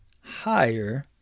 higher